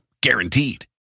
Guaranteed